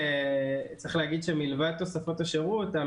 מלבד תוספות השירות,